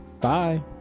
bye